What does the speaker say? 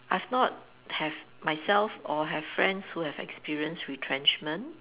I have not have myself or have friends who have experience retrenchment